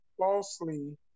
falsely